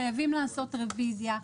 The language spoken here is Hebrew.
חייבים לעשות רביזיה.